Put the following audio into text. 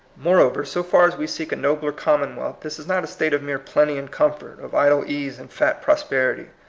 moreover, so far as we seek a nobler commonwealth, this is not a state of mere plenty and comfort, of idle ease and fat prosperity.